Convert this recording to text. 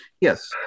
Yes